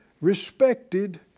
respected